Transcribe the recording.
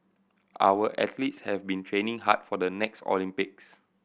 our athletes have been training hard for the next Olympics